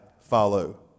follow